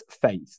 faith